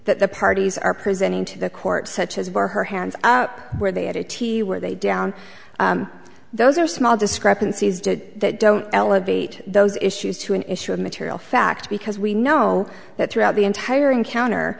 the parties are presenting to the court such as where her hands up where they at eighty were they down those are small discrepancies did that don't elevate those issues to an issue of material fact because we know that throughout the entire encounter